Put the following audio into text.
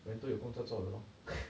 人都有工作做了 lor